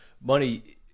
Money